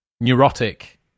neurotic